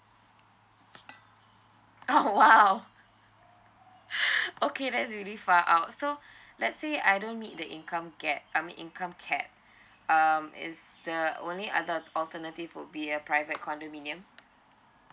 orh !wow! okay that's really far out so let's say I don't meet the income gap I mean income cap um is the only other alternative would be uh private condominium